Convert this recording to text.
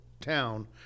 town